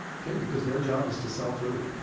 because their job is to sell food.